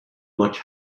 much